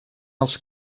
els